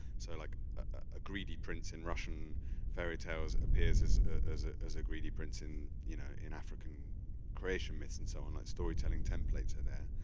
so like a greedy prince in russian fairy tales appears as as ah a greedy prince in you know in african creation myths and so on, that storytelling templates are there.